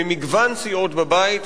ממגוון סיעות בבית,